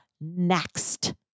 next